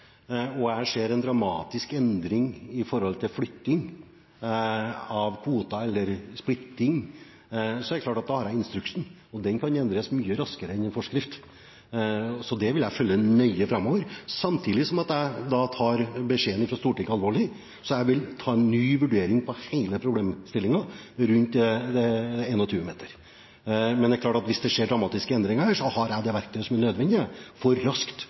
og jeg ser en dramatisk endring når det gjelder flytting av kvoter eller splitting, har jeg instruksen, og den kan endres mye raskere enn en forskrift. Dette vil jeg følge nøye framover, samtidig som jeg tar beskjeden fra Stortinget alvorlig. Jeg vil foreta en ny vurdering av hele problemstillingen rundt dette med 21 meter. Men hvis det skjer dramatiske endringer her, har jeg det verktøyet som er nødvendig for raskt